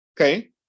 Okay